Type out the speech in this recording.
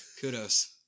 kudos